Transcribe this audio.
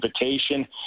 invitation